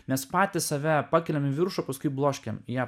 mes patys save pakeliam viršų paskui bloškiam į